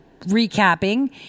recapping